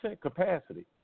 capacity